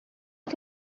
que